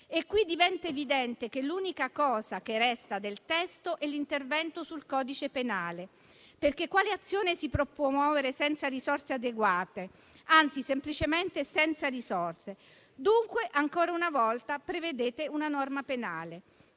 Qui diventa evidente che l'unica cosa che resta del testo è l'intervento sul codice penale. Perché quale azione si può promuovere senza risorse adeguate? Anzi, semplicemente senza risorse? Dunque, ancora una volta, prevedete una norma penale,